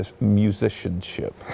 musicianship